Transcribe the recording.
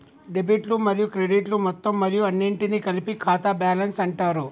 డెబిట్లు మరియు క్రెడిట్లు మొత్తం మరియు అన్నింటినీ కలిపి ఖాతా బ్యాలెన్స్ అంటరు